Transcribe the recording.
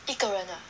一个人 ah